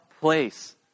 place